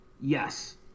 Yes